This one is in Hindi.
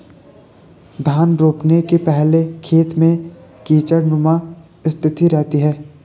धान रोपने के पहले खेत में कीचड़नुमा स्थिति रहती है